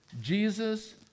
Jesus